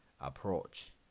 approach